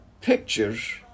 pictures